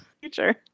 future